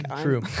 True